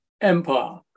empire